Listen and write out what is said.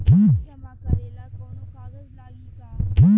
किस्त जमा करे ला कौनो कागज लागी का?